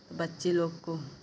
बच्चे लोगों को